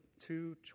two